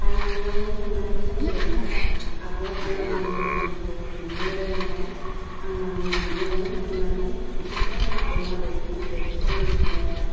आइनियाव सोंनानै सोलोंजेनबाय आब'वाबो आंनो मोजां मथ' खोन्थानो रोङैखाय आं आंनि आइनियावनो सोंनानै ओंख्रिखौ माबोरै माबोरै सङो बेखौ सोलोंजेनाबाय आरो